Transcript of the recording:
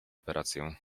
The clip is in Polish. operację